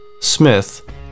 Smith